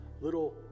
little